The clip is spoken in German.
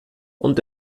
und